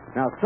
Now